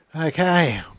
Okay